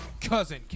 cousin